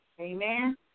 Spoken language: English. Amen